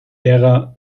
ära